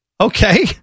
okay